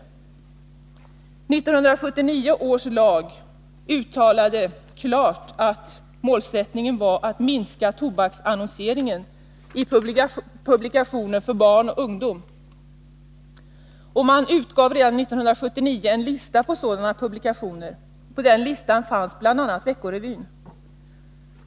1979 års lag har som en klart uttalad målsättning att minska tobaksannonseringen i publikationer för barn och ungdomar. Konsumentverket utgav redan 1979 en lista på sådana publikationer. På listan fanns bl.a. ; Vecko-Revyn.